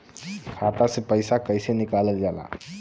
खाता से पैसा कइसे निकालल जाला?